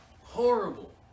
horrible